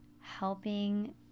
helping